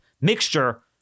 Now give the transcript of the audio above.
mixture